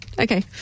Okay